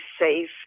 safe